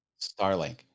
Starlink